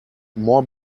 more